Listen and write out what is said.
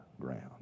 ground